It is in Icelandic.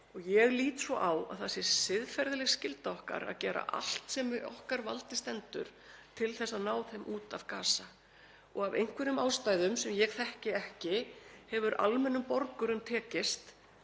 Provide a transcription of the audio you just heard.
og ég lít svo á að það sé siðferðileg skylda okkar að gera allt sem í okkar valdi stendur til þess að ná þeim út af Gaza. Af einhverjum ástæðum sem ég þekki ekki hefur almennum borgurum tekist